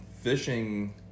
fishing